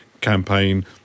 campaign